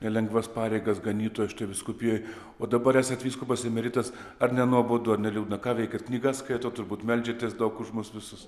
nelengvas pareigas ganytojas vyskupijoj o dabar esat vyskupas emeritas ar nenuobodu ar neliūdna ką veikiat knygas skaito turbūt meldžiatės daug už mus visus